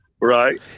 Right